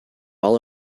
all